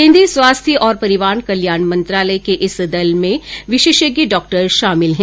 केन्द्रीय स्वास्थ्य और परिवार कल्याण मंत्रालय के इस दल में विशेषज्ञ डॉक्टर शामिल हैं